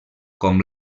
com